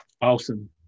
Awesome